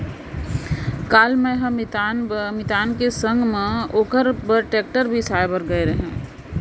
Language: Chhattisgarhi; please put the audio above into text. काल मैंहर मितान के संग म ओकर बर टेक्टर बिसाए बर गए रहव